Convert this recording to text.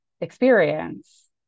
experience